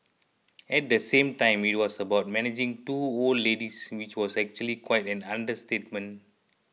at the same time it was about managing two old ladies which was actually quite an understatement